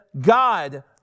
God